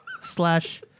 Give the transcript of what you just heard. slash